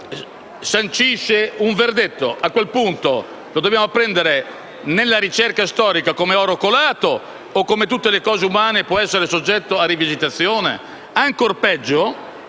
sancisce un verdetto, a quel punto lo dobbiamo prendere, nella ricerca storica, come oro colato o, come tutte le cose umane, può essere soggetto a rivisitazione? Ed è ancora peggio